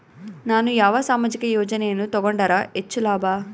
ನಾನು ಯಾವ ಸಾಮಾಜಿಕ ಯೋಜನೆಯನ್ನು ತಗೊಂಡರ ಹೆಚ್ಚು ಲಾಭ?